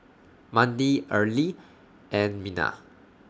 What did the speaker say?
Mandi Earlie and Minna